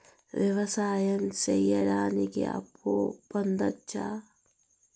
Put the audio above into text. వ్యవసాయం సేయడానికి అప్పు పొందొచ్చా?